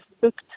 booked